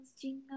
jingle